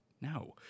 No